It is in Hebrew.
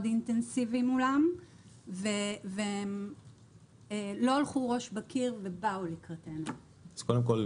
אינטנסיבי מולם והם לא הלכו עם ראש בקיר ובאו לקראתנו אז קודם כל,